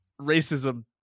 racism